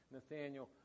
Nathaniel